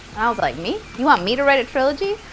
i was like me? you want me to write a trilogy?